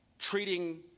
Treating